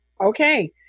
Okay